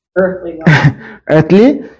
Earthly